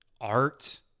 art